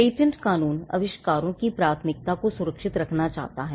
patent कानून आविष्कारों की प्राथमिकता को सुरक्षित रखना चाहता है